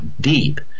deep